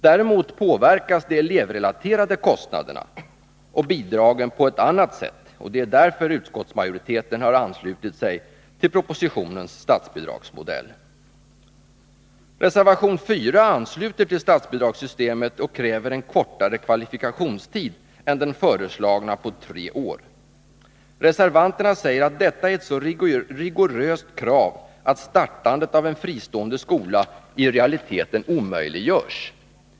Däremot påverkas de elevrelaterade kostnaderna och bidragen på ett annat sätt, och det är därför utskottsmajoriteten har anslutit sig till propositionens statsbidragsmodell. Reservation 4 ansluter till statsbidragssystemet och kräver en kortare kvalifikationstid än den föreslagna på tre år. Reservanterna säger att detta är ett så rigoröst krav att startandet av en fristående skola i realiteten omöjliggörs.